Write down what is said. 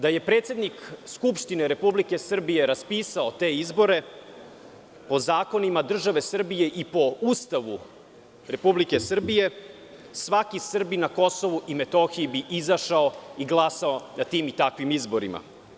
Da je predsednik Skupštine Republike Srbije raspisao te izbore po zakonima države Srbije i po Ustavu Republike Srbije, svaki Srbin na Kosovu i Metohiji bi izašao i glasao na tim i takvim izborima.